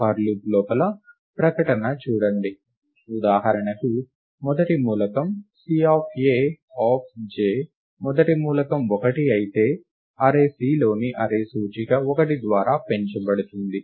for loop లోపల ప్రకటన చూడండి ఉదాహరణకు మొదటి మూలకం C of A of j మొదటి మూలకం 1 అయితే అర్రే Cలోని అర్రే సూచిక 1 ద్వారా పెంచబడుతుంది